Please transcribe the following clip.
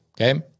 Okay